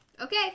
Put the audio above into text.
Okay